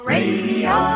Radio